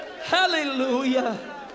hallelujah